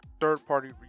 third-party